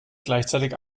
gleichzeitig